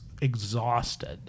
exhausted